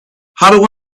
how